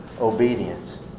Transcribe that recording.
obedience